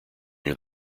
near